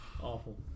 awful